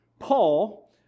Paul